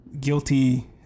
guilty